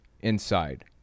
inside